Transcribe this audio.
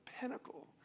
pinnacle